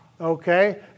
okay